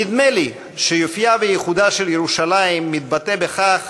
נדמה לי שיופייה וייחודה של ירושלים מתבטאים בכך